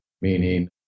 Meaning